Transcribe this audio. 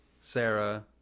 Sarah